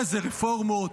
איזה רפורמות?